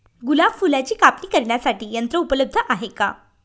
गुलाब फुलाची कापणी करण्यासाठी यंत्र उपलब्ध आहे का?